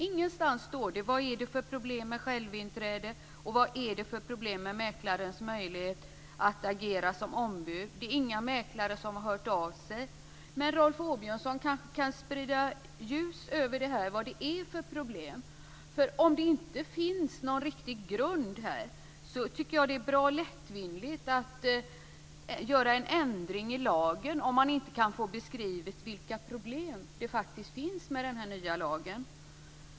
Ingenstans står det vad det är för problem med självinträde och med mäklarens möjlighet att agera som ombud. Det är inga mäklare som har hört av sig. Men Rolf Åbjörnsson kanske kan sprida ljus över vad det är för problem. Om det inte finns någon riktig grund här tycker jag att det är bra lättvindigt att göra en ändring i lagen, alltså om man inte kan få beskrivet vilka problem det faktiskt finns med den nya lagen.